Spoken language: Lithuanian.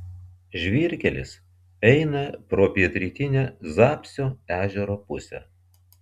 žvyrkelis eina pro pietrytinę zapsio ežero pusę